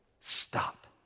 stop